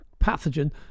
Pathogen